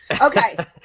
Okay